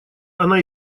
она